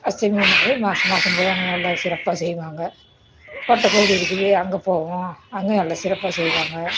அஷ்டமினாவே மாதம் மாதம் போய் அங்கே நல்லா சிறப்பாக செய்வாங்க கோட்டை கோயில் இருக்குது அங்கே போவோம் அங்கேயும் நல்ல சிறப்பாக செய்வாங்க